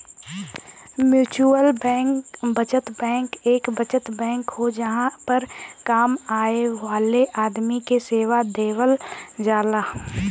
mutual बचत bank एक बचत बैंक हो जहां पर कम आय वाले आदमी के सेवा देवल जाला